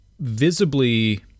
visibly